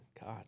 God